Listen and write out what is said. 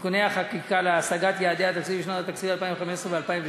(תיקוני חקיקה להשגת יעדי התקציב לשנות התקציב 2015 ו-2016),